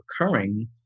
occurring